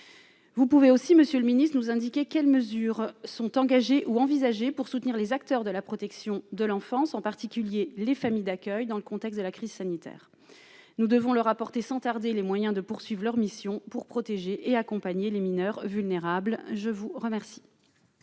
vous pouvez aussi Monsieur le Ministre, nous indiquer quelles mesures sont engagées ou envisagées, pour soutenir les acteurs de la protection de l'enfance, en particulier les familles d'accueil dans le contexte de la crise sanitaire, nous devons leur apporter sans tarder les moyens de poursuivent leur mission pour protéger et accompagner les mineurs vulnérables, je vous remercie.